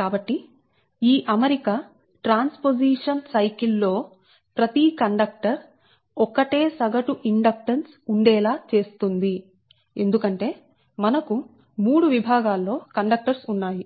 కాబట్టి ఈ అమరిక ట్రాన్స్పోసిషన్ సైకిల్ లో ప్రతి కండక్టర్ ఒకటే సగటు ఇండక్టెన్స్ ఉండే లా చేస్తుంది ఎందుకంటే మనకు 3 విభాగాల్లో కండక్టర్స్ ఉన్నాయి